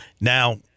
now